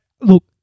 look